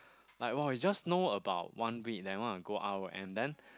like !wow! we just know about one week then want to go out oh and then